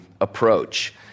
approach